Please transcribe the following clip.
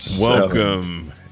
welcome